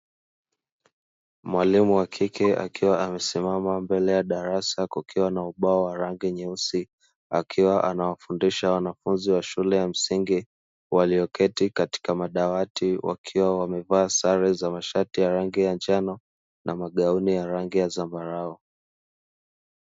Mwalimu wa kike akiwa amesimama mbele ya darasa kukiwa na ubao wa rangi nyeusi, akiwa anawafundisha wanafunzi wa shule ya msingi walioketi katika madawati wakiwa wamevaa sare za mashati ya rangi ya njano na magauni ya rangi ya zambarau.